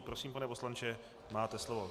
Prosím, pane poslanče, máte slovo.